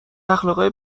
اخلاقای